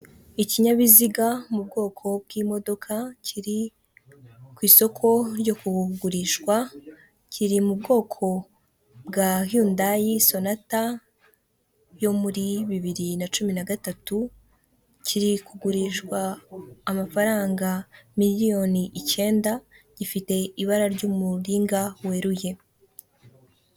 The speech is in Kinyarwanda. Ikinyabiziga mu bwoko bw'imodoka kiri ku isoko ryo kugurishwa kiri mu bwoko bwa Yundayi Sonata yo muri bibiri na cumi nagatatu kiri kugurishwa amafaranga miliyoni icyenda gifite ibara ry'umuringa weruye.